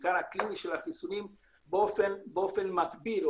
ובעיקר הקליני של החיסונים באופן מקביל,